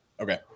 Okay